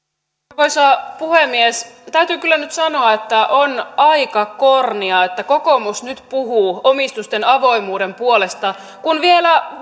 arvoisa puhemies täytyy kyllä nyt sanoa että on aika kornia että kokoomus nyt puhuu omistusten avoimuuden puolesta kun vielä